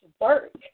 work